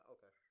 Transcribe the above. Okay